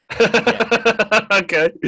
Okay